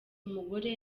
umugore